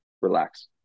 relax